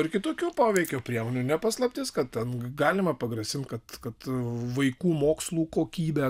ir kitokių poveikio priemonių ne paslaptis kad ten galima pagrasinti kad kad vaikų mokslų kokybę